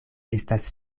estas